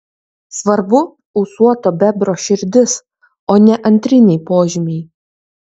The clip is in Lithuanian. svarbu ūsuoto bebro širdis o ne antriniai požymiai